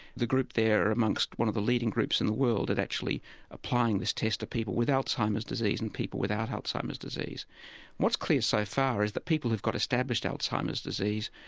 the group there are amongst one of the leading groups in the world at actually applying this test to people with alzheimer's disease and people without alzheimer's disease. and what's clear so far is that people who've got established alzheimer's disease,